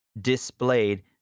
displayed